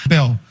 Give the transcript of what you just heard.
Bill